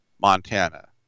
Montana